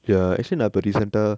ya actually நா இப்ப:na ippa recent ah